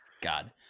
God